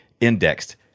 indexed